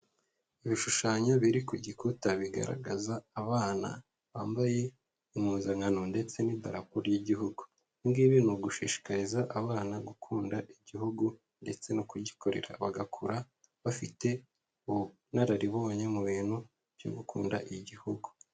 Ibishushanyo biri ku gikuta bigaragaza abana bambaye impuzankano ndetse n'indarapo ry'igihugu, ibi ngibi ni ugushishikariza abana gukunda igihugu ndetse no kugikorera, bagakura bafite ubunararibonye mu bintu byo gukunda igihugu.